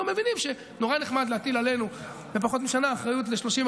אנחנו גם מבינים שנורא נחמד להטיל עלינו בפחות משנה אחריות ל-30,